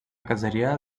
caseria